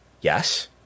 Yes